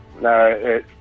no